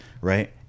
Right